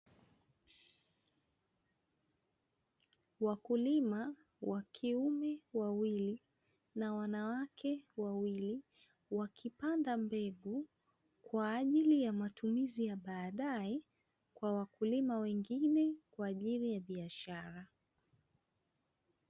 Wakulima wa kiume wawili na wanawake wawili, wakipanda mbegu kwa ajili ya matumizi ya baadaye kwa wakulima wengine kwa ajili ya biashara.